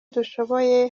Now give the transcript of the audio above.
dushoboye